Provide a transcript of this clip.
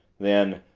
then,